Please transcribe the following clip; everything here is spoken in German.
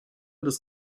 des